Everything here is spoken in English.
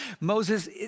Moses